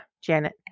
Janet